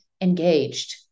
engaged